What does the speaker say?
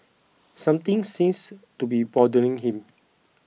something seems to be bothering him